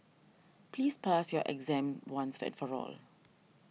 please pass your exam once for all